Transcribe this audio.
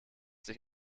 sich